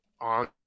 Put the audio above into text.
on